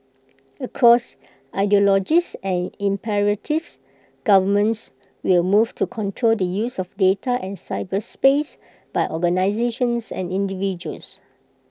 across ideologies and imperatives governments will move to control the use of data and cyberspace by organisations and individuals